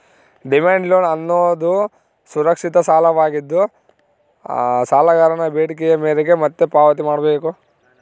demand loan ಅನ್ನೋದುದು ಸುರಕ್ಷಿತ ಸಾಲವಾಗಿದ್ದು, ಸಾಲಗಾರನ ಬೇಡಿಕೆಯ ಮೇರೆಗೆ ಮತ್ತೆ ಪಾವತಿ ಮಾಡ್ಬೇಕು